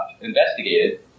investigated